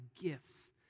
gifts